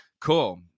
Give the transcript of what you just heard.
Cool